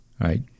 Right